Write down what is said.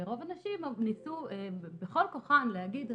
ורוב הנשים ניסו בכל כוחן להגיד,